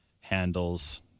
handles